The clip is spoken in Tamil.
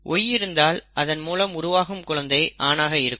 Y இருந்தால் அதன் மூலம் உருவாகும் குழந்தை ஆணாக இருக்கும்